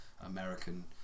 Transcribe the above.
american